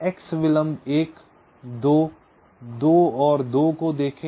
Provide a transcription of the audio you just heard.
X विलंब 1 2 2 और 2 को देखें